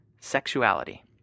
sexuality